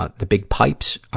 ah the big pipes, ah,